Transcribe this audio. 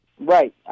Right